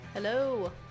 Hello